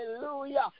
hallelujah